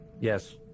Yes